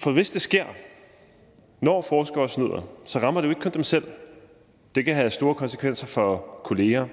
for hvis det sker – når forskere snyder – rammer det jo ikke kun dem selv. Det kan have store konsekvenser for kolleger,